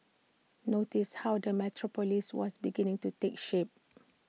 notice how the metropolis was beginning to take shape